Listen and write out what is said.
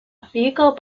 vehicle